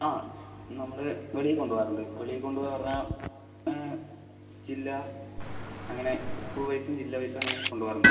ആ നമ്മൾ വെളിയിൽ കൊണ്ടുപോവാറുണ്ട് വെളിയിൽ കൊണ്ടുപോവുക പറഞ്ഞാൽ ജില്ല അങ്ങനെ സ്കൂൾ വൈസും ജില്ല വൈസും അങ്ങനെ കൊണ്ടുപോവാറുണ്ട്